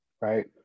Right